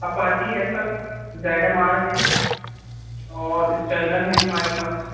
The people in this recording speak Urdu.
آپاچی ہے سر زیڈ ایم آر ہے اور اسٹرنر ہے ہمارے پاس